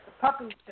puppies